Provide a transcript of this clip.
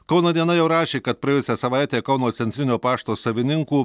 kauno diena jau rašė kad praėjusią savaitę kauno centrinio pašto savininkų